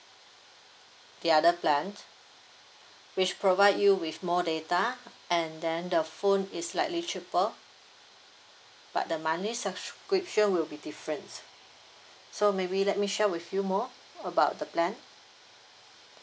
the other plan which provide you with more data and then the phone is slightly cheaper but the monthly subscription will be different so maybe let me share with you more about the plan